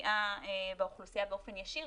פגיעה באוכלוסייה באופן ישיר,